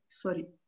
Sorry